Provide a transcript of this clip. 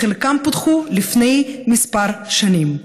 חלקם פותחו לפני כמה שנים.